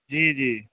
जी जी